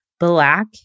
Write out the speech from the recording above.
Black